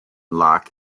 lock